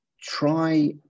try